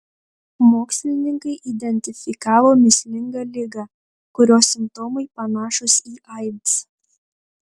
mokslininkai identifikavo mįslingą ligą kurios simptomai panašūs į aids